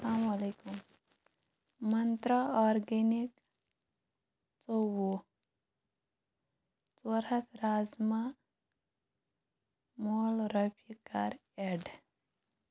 اَسَلامُ علیکُم منٛترٛا آرگینِک ژوٚوُہ ژور ہتھ رازما مۄل رۄپیہِ کَر ایڈ